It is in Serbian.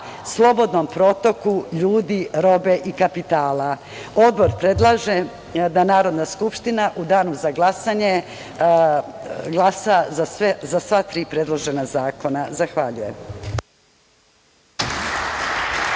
slobodnom protoku ljudi, robe i kapitala. Odbor predlaže da Narodna skupština u danu za glasanje glasa za sva tri predložena zakona. Zahvaljujem.